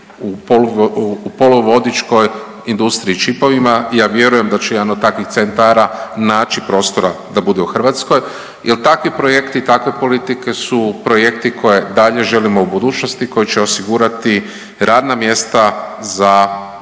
u poluvodičkoj industriji čipovima i ja vjerujem da će jedan od takvih centara naći prostora da bude u Hrvatskoj jer takvi projekti i takve politike su projekti koje dalje želimo u budućnosti i koji će osigurati radna mjesta za naše